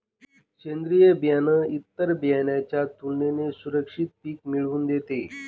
सेंद्रीय बियाणं इतर बियाणांच्या तुलनेने सुरक्षित पिक मिळवून देते